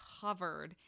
covered